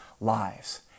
lives